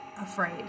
afraid